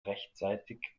rechtsseitig